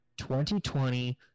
2020